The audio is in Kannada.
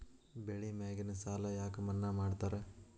ಬೆಳಿ ಮ್ಯಾಗಿನ ಸಾಲ ಯಾಕ ಮನ್ನಾ ಮಾಡ್ತಾರ?